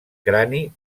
crani